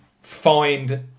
find